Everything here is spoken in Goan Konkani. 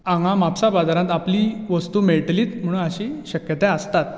हांगा म्हापसा बाजारांत आपली वस्तू मेळटलीच अशी शक्यताय आसताच